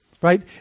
right